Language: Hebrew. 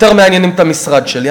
יותר מעניינים את המשרד שלי,